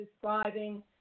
describing